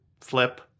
flip